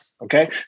okay